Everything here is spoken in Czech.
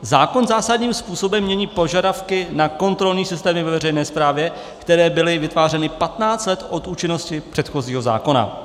Zákon zásadním způsobem mění požadavky na kontrolní systémy ve veřejné správě, které byly vytvářeny 15 let od účinnosti předchozího zákona.